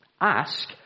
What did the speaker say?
ask